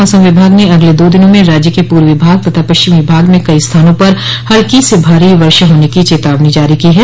मौसम विभाग ने अगले दो दिनों में राज्य के पूर्वी भाग तथा पश्चिमी भाग में कई स्थानों पर हल्की से भारी वर्षा होने की चेतावनी जारी की है